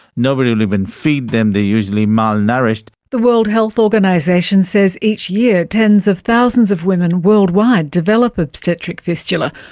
nobody will even feed them, they are usually malnourished. the world health organisation says each year tens of thousands of women worldwide develop obstetric fistula,